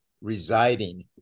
residing